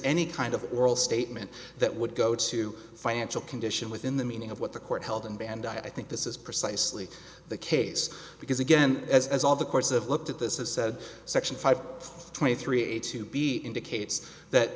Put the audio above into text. any kind of oral statement that would go to financial condition within the meaning of what the court held in bandai i think this is precisely the case because again as all the course of looked at this is section five twenty three a to be indicates that